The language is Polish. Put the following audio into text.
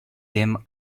wiem